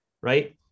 right